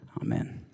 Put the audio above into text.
amen